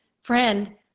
friend